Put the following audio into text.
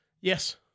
Yes